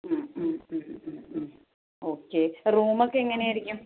okay റൂമൊക്കെ എങ്ങനെ ആയിരിക്കും